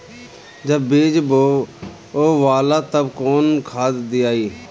जब बीज बोवाला तब कौन खाद दियाई?